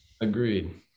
agreed